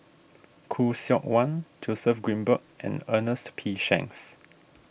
Khoo Seok Wan Joseph Grimberg and Ernest P Shanks